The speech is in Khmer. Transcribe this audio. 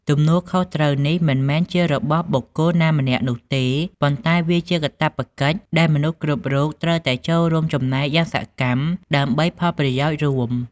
ទំនួលខុសត្រូវនេះមិនមែនជារបស់បុគ្គលណាម្នាក់នោះទេ ប៉ុន្តែវាជាកាតព្វកិច្ចដែលមនុស្សគ្រប់រូបត្រូវតែចូលរួមចំណែកយ៉ាងសកម្មដើម្បីផលប្រយោជន៍រួម។